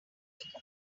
article